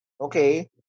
okay